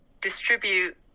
distribute